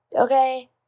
okay